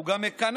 הוא גם מקנח: